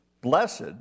blessed